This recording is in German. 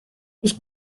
ich